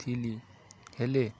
ଥିଲି ହେଲେ